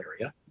area